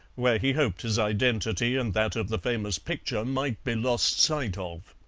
where he hoped his identity and that of the famous picture might be lost sight of.